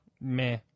Meh